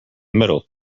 middle